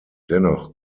dennoch